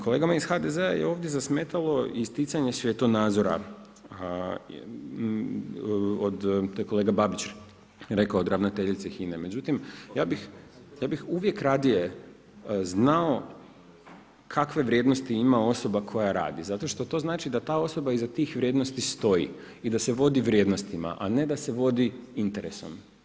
Kolegama iz HDZ-a je ovdje zasmetalo isticanje svjetonazora, to je kolega Babić od ravnateljice HINA-e, međutim ja bih uvijek radije znao kakve vrijednosti ima osoba koja radi zato što to znači da ta osoba iza tih vrijednosti stoji i da se vodi vrijednostima, a ne da se vodi interesom.